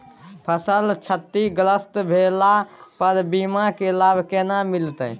फसल क्षतिग्रस्त भेला पर बीमा के लाभ केना मिलत?